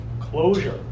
closure